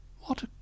What